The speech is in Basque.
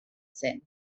zen